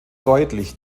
deutlich